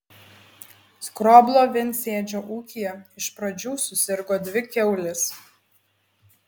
skroblo viensėdžio ūkyje iš pradžių susirgo dvi kiaulės